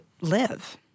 live